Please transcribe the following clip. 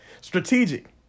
Strategic